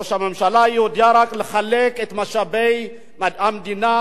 ראש הממשלה יודע רק לחלק את משאבי המדינה